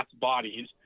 bodies